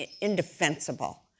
indefensible